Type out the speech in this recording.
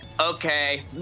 okay